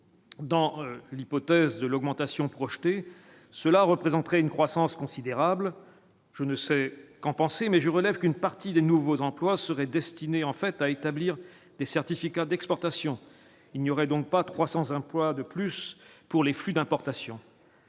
dans l'hypothèse de l'augmentation projetée, cela représenterait une croissance considérable, je ne sais qu'pensez mais je relève qu'une partie des nouveaux emplois seraient destinés en fait à établir des certificats d'exportation, il n'y aurait donc pas 300 emplois de plus pour les flux d'importation.